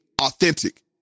authentic